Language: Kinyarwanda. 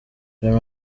ayo